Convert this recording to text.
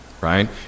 right